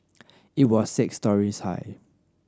it was six storeys high